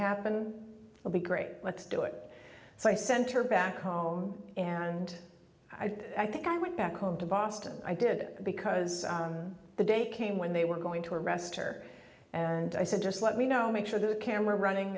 happen would be great let's do it so i sent her back home and i think i went back home to boston i did it because the day came when they were going to arrest her and i said just let me know make sure the camera running